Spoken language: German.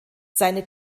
seine